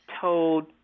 told